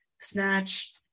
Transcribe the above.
snatch